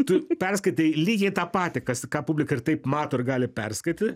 tu perskaitai lygiai tą patį kas ką publika ir taip mato ir gali perskaity